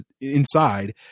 inside